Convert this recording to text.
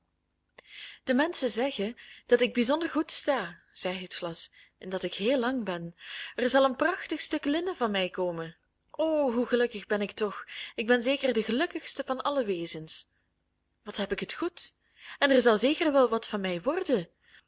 de menschen zeggen dat ik bijzonder goed sta zei het vlas en dat ik heel lang ben er zal een prachtig stuk linnen van mij komen o hoe gelukkig ben ik toch ik ben zeker de gelukkigste van alle wezens wat heb ik het goed en er zal zeker wel wat van mij worden